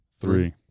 Three